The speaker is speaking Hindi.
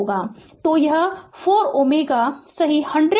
तो यह 4 Ω सही 10025 होगा